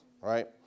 right